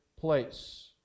place